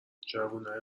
جوونای